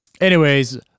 Anyways-